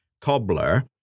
cobbler